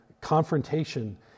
confrontation